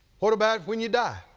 what about when you die?